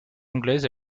anglaise